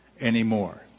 anymore